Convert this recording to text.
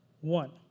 one